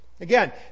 Again